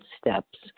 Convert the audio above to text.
steps